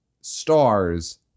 stars